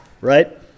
right